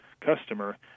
customer